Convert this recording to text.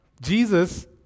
Jesus